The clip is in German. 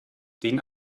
den